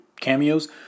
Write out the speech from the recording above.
cameos